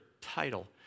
title